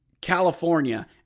California